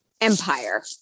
empire